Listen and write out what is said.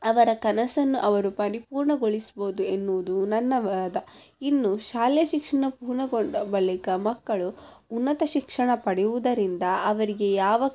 ಅವರ ಕನಸನ್ನುಅವರು ಪರಿಪೂರ್ಣಗೊಳಿಸ್ಬೋದು ಎನ್ನುವುದು ನನ್ನ ವಾದ ಇನ್ನು ಶಾಲೆ ಶಿಕ್ಷಣ ಪೂರ್ಣಗೊಂಡ ಬಳಿಕ ಮಕ್ಕಳು ಉನ್ನತ ಶಿಕ್ಷಣ ಪಡೆಯುವುದರಿಂದ ಅವರಿಗೆ ಯಾವ